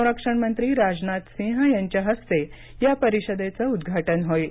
संरक्षण मंत्री राजनाथ सिंह यांच्या हस्ते या परिषदेचं उद्घाटन होईल